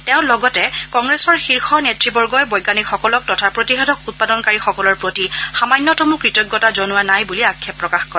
তেওঁ লগতে কংগ্ৰেছৰ শীৰ্ষ নেতৃবগই বৈজ্ঞানিকসকলক তথা প্ৰতিষেধক উৎপাদনকাৰীসকলৰ প্ৰতি সামান্যতমো কৃতজ্ঞতা জনোৱা নাই বলি আক্ষেপ প্ৰকাশ কৰে